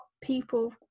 people